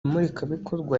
murikabikorwa